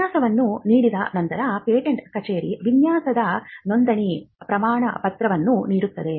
ವಿನ್ಯಾಸವನ್ನು ನೀಡಿದ ನಂತರ ಪೇಟೆಂಟ್ ಕಚೇರಿ ವಿನ್ಯಾಸದ ನೋಂದಣಿ ಪ್ರಮಾಣಪತ್ರವನ್ನು ನೀಡುತ್ತದೆ